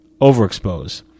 overexpose